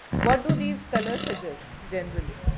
what do these colors suggests generally?